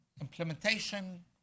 implementation